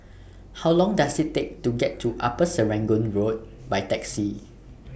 How Long Does IT Take to get to Upper Serangoon Road By Taxi